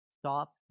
stop